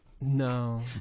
No